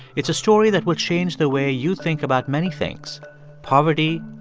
it's a story that will change the way you think about many things poverty,